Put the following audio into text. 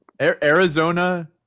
Arizona